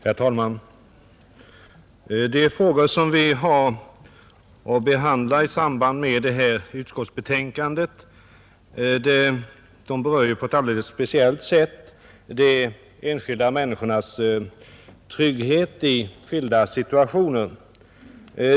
Herr talman! De frågor som vi har att behandla i samband med detta utskottsbetänkande berör ju på ett alldeles speciellt sätt de enskilda människornas trygghet i skilda situationer.